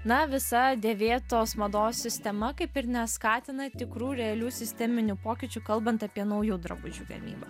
na visa dėvėtos mados sistema kaip ir neskatina tikrų realių sisteminių pokyčių kalbant apie naujų drabužių gamybą